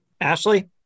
Ashley